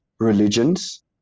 religions